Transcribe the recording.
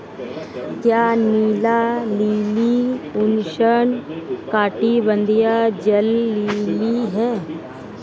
क्या नीला लिली उष्णकटिबंधीय जल लिली है?